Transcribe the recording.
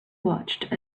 watched